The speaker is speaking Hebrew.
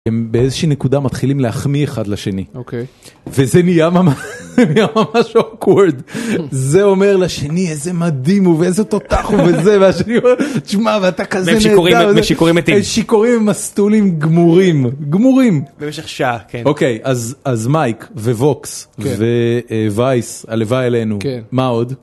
הם באיזושהי נקודה מתחילים להחמיא אחד לשני. אוקיי. וזה נהיה ממש אוקוורד. זה אומר לשני איזה מדהים הוא ואיזה תותח הוא וזה. והשני אותר תשמע ואתה כזה נהדר. והם שיכורים ומסטולים גמורים. גמורים. במשך שעה, כן. אוקיי, אז מייק, וווקס, ווייס הלוואי עלינו. כן. מה עוד?